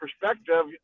perspective